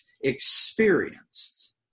experienced